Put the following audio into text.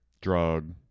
drug